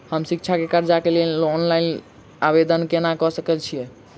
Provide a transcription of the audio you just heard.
हम शिक्षा केँ कर्जा केँ लेल ऑनलाइन आवेदन केना करऽ सकल छीयै?